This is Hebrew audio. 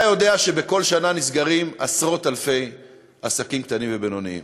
אתה יודע שבכל שנה נסגרים עשרות-אלפי עסקים קטנים ובינוניים.